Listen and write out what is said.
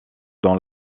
dans